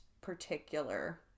particular